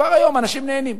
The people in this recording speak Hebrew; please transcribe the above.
כבר היום אנשים נהנים.